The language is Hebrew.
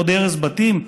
עוד הרס בתים?